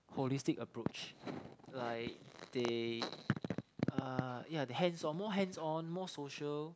holistic approach like they uh yeah they hands on more hands on more social